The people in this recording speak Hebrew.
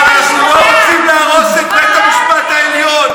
אבל אנחנו לא רוצים להרוס את בית המשפט העליון.